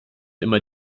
immer